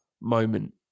moment